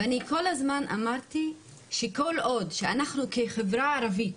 אני כל הזמן אמרתי שכל עוד אנחנו כחברה ערבית